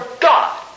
God